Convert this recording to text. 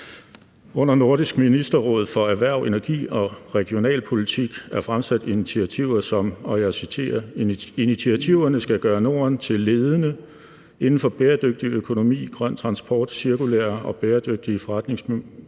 Under Nordisk Ministerråds samarbejde om erhverv, energi og regionalpolitik er der fremsat initiativer, som – og jeg citerer: skal gøre Norden til ledende inden for bæredygtig økonomi, grøn transport, cirkulære og bæredygtige forretningsmodeller,